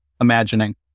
imagining